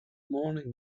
morning